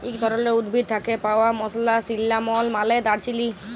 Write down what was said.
ইক ধরলের উদ্ভিদ থ্যাকে পাউয়া মসলা সিল্লামল মালে দারচিলি